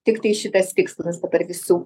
tiktai šitas tikslas dabar visų